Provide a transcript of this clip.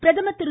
பிரதமர் திரு